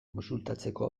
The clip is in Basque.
kontsultatzeko